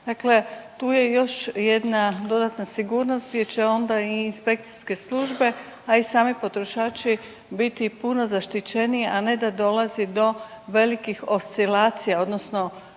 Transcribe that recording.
Dakle, tu je još jedna dodatna sigurnost gdje će onda i inspekcijske službe, a i sami potrošači biti puno zaštićeniji, a ne da dolazi do velikih oscilacija odnosno